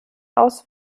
aus